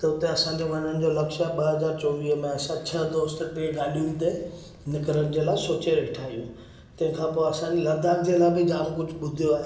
त हुते असांजो वञण जो लक्ष्य आहे ॿ हज़ार चोवीह में असां छह दोस्त टे गाॾियुनि ते निकरण जे लाइ सोचे वेठा आहियूं तंहिंखां पोइ असां लद्दाख़ जे लाइ बि जाम कुझु ॿुधियो आहे